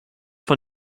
von